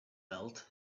belt